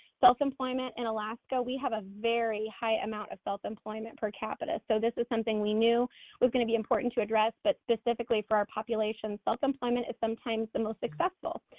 self-employment in and alaska, we have a very high amount of self-employment per capita, so this is something we knew was gonna be important to address, but specifically for our populations, self-employment is sometimes the most successful.